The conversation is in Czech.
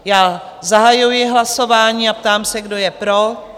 Zahajuji hlasování a ptám se, kdo je pro?